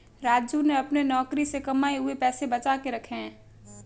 राजू ने अपने नौकरी से कमाए हुए पैसे बचा के रखे हैं